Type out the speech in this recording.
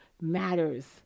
matters